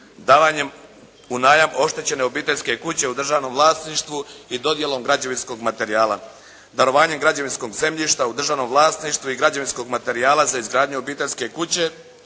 davanjem u najam oštećene obiteljske kuće u državnom vlasništvu i dodjelom građevinskog materijala, darovanjem građevinskog zemljišta u državnom vlasništvu i građevinskog materijala za izgradnju obiteljske kuće